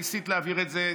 ניסית להעביר את זה,